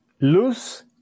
loose